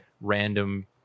random